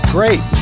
Great